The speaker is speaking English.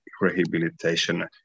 rehabilitation